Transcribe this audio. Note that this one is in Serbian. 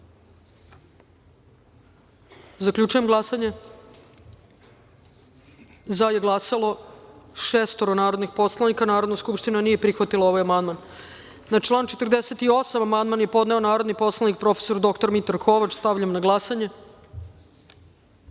glasanje. Zaključujem glasanje: za je glasalo šestoro narodnih poslanika. Narodna skupština nije prihvatila ovaj amandman. Na član 48. amandman je podneo narodni poslanik prof. dr Mitar Kovač. Stavljam na